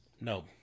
No